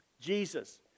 Jesus